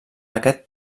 aquest